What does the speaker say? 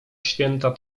święta